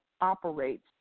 operates